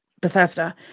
Bethesda